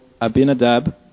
Abinadab